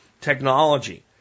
technology